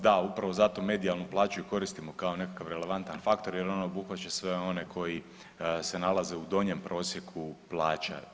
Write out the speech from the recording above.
Da, upravo zato medijalnu plaću i koristimo kao nekakav relevantan faktor jer on obuhvaća sve oni koji se nalaze u donjem prosjeku plaća.